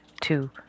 two